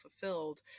fulfilled